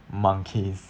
monkeys